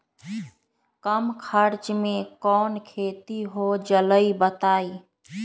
कम खर्च म कौन खेती हो जलई बताई?